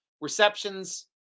receptions